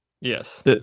Yes